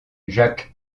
jacques